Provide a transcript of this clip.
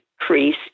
increase